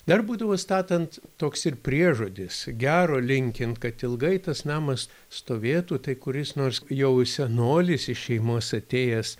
dar būdavo statant toks ir priežodis gero linkint kad ilgai tas namas stovėtų tai kuris nors jau senolis iš šeimos atėjęs